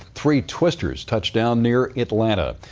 three twisters touched down near atlanta.